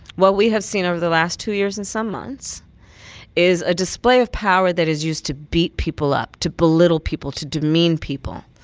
what we have seen over the last two years and some months is a display of power that is used to beat people up, to belittle people, to demean people,